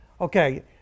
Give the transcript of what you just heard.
Okay